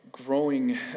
Growing